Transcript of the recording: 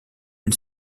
une